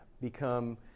become